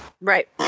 Right